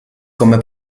come